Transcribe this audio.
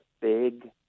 big